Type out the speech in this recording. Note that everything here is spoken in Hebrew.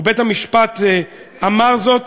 בית-המשפט אמר זאת,